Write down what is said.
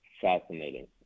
Fascinating